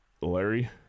Larry